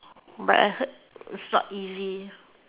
but I heard it's not easy